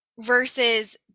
versus